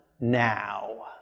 now